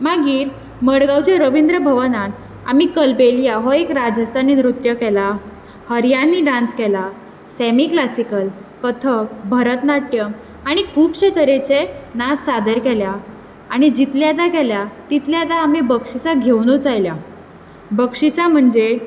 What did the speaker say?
मागीर मडगांवच्या रविंद्र भवनान आमी कलबेलिया हो एक राजस्थानी नृत्य केला हरियाणवी डान्स केला सॅमी क्लासीकल कथक भरतनाट्यम आनी खुपशे तरेचे नाच सादर केल्या आनी जितलेयदां केला तितलेयदां आमीं बक्षीसां घेवनुच आयल्यां बक्षीसां म्हणजे